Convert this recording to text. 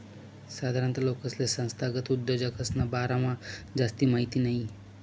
साधारण लोकेसले संस्थागत उद्योजकसना बारामा जास्ती माहिती नयी